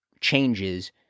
changes